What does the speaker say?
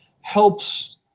helps